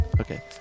Okay